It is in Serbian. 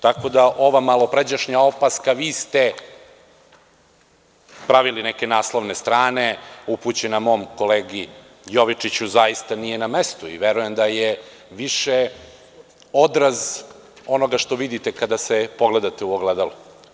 Tako da, ova malopređašnja opaska - vi ste pravili neke naslovne strane, upućena mom kolegi Jovičiću, zaista nije na mestu i verujem da je više odraz onoga što vidite kada se pogledate u ogledalu.